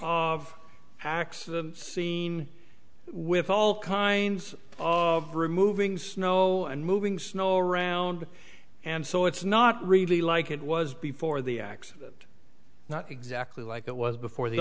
hacks seen with all kinds of removing snow and moving snow around and so it's not really like it was before the accident not exactly like it was before the